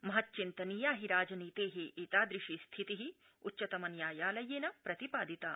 महच्चिन्तनीया हि राजनीते एतादृशी स्थिति उच्चतम न्यायालयेन प्रतिपादिता